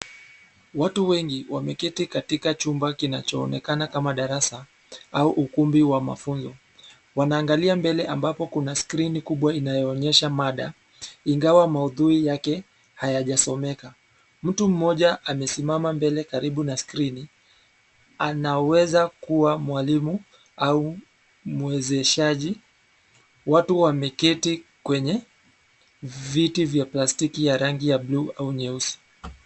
Watu wengi wameketi katika chumba kinachoonekana kama darasa, au ukumbi wa mafunzo, wanaangalia mbele ambapo kuna skrini kubwa inayoonyesha mada, ingawa maudhui yake, hayajasomeka, mtu mmoja amesimama mbele karibu na skrini, anaweza kuwa mwalimu, au, mwezeshaji, watu wameketi, kwenye, viti vya plastiki ya rangi bluu au nyeusi.